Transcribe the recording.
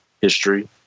history